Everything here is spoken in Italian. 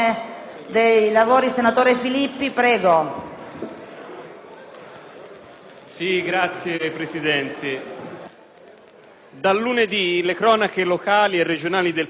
Signora Presidente, da lunedì le cronache locali e regionali del Paese ci parlano di un vero e proprio bollettino di guerra.